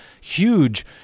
huge